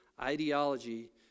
ideology